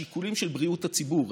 השיקולים של בריאות הציבור,